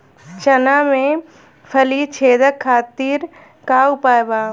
चना में फली छेदक खातिर का उपाय बा?